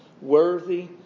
worthy